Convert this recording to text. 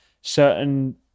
certain